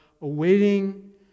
awaiting